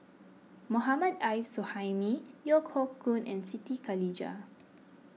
Mohammad Arif Suhaimi Yeo Hoe Koon and Siti Khalijah